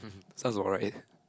sounds about right